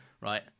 Right